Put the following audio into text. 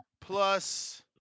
plus